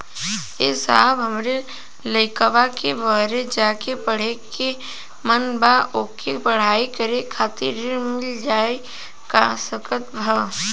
ए साहब हमरे लईकवा के बहरे जाके पढ़े क मन बा ओके पढ़ाई करे खातिर ऋण मिल जा सकत ह?